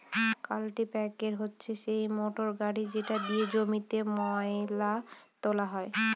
কাল্টিপ্যাকের হচ্ছে সেই মোটর গাড়ি যেটা দিয়ে জমিতে ময়লা তোলা হয়